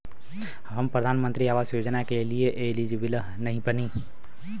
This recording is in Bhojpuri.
हम प्रधानमंत्री आवास योजना के लिए एलिजिबल बनी?